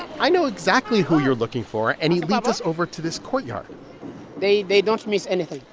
i know exactly who you're looking for. and he leads us over to this courtyard they they don't miss anything.